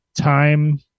time